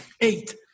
Eight